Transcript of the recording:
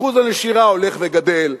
אחוז הנשירה הולך וגדל,